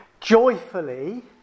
joyfully